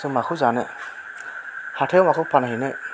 जों माखौ जानो हाथायाव माखौ फानहैनो